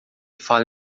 fala